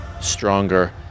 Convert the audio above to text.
stronger